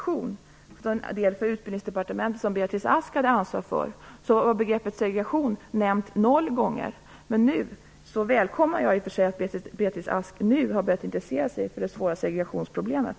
I Utbildningsdepartementet som Beatrice Ask hade ansvar för var begreppet segregation nämnt noll gånger. Men jag välkomnar i och för sig att Beatrice Ask nu har börjat intressera sig för det svåra segregationsproblemet.